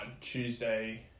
Tuesday